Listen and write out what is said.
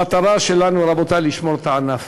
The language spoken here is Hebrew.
המטרה שלנו, רבותי, היא לשמור את הענף.